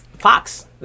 Fox